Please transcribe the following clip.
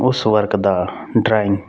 ਉਸ ਵਰਕ ਦਾ ਡਰਾਇੰਗ